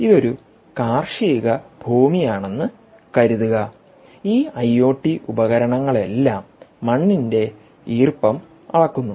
ഇതൊരു കാർഷിക ഭൂമിയാണെന്ന കരുതുക ഈ ഐഒടി ഉപകരണങ്ങളെല്ലാം മണ്ണിന്റെ ഈർപ്പം അളക്കുന്നു